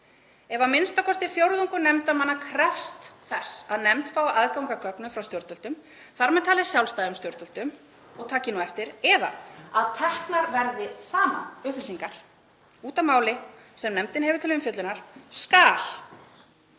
„Ef að minnsta kosti fjórðungur nefndarmanna krefst þess að nefnd fái aðgang að gögnum frá stjórnvöldum, þ.m.t. sjálfstæðum stjórnvöldum,“ — og takið nú eftir — „eða að teknar verði saman upplýsingar út af máli sem nefndin hefur til umfjöllunar skal